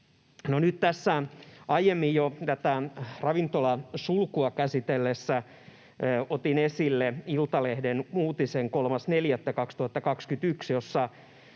aiemmin tätä ravintolasulkua käsiteltäessä otin esille Iltalehden uutisen 3.4.2021, jossa